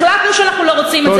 החלטנו שאנחנו לא רוצים את זה,